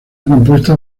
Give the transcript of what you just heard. compuesta